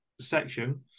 section